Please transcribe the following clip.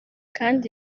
kandi